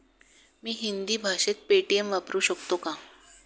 मी हिंदी भाषेत पेटीएम वापरू शकतो का?